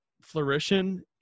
flourishing